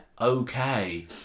okay